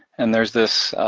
and there's this,